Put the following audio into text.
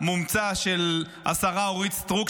המומצא של השרה אורית סטרוק,